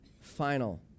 final